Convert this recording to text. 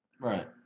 Right